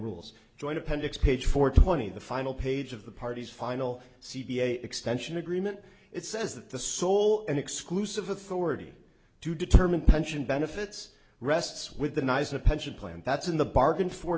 rules joint appendix page four twenty the final page of the party's final c v a extension agreement it says that the sole and exclusive authority to determine pension benefits rests with the nies a pension plan that's in the bargain fo